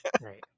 Right